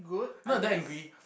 know I damn angry